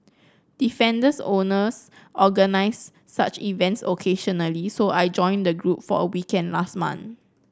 defenders owners organise such events occasionally so I joined the group for a weekend last month